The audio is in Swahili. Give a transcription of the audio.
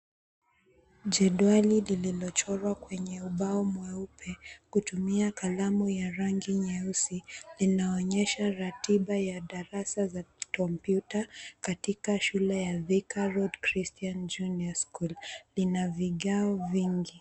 Jedwali lililochorwa kwenye ubao mweupe kutumia kalamu ya rangi nyeusi, linaonyesha ratiba ya darasa za kompyuta katika shule ya Thika Road Christian Junior School. Lina vigao vingi.